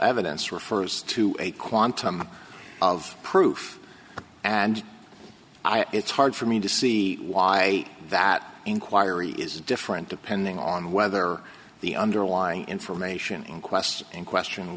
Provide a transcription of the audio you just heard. evidence refers to a quantum of proof and it's hard for me to see why that inquiry is different depending on whether the underlying information in question in question